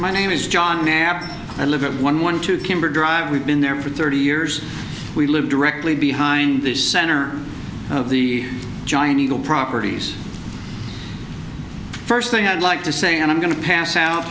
my name is john adams i live at one one two cambridge drive we've been there for thirty years we live directly behind the center of the giant eagle properties first thing i'd like to say and i'm going to pass out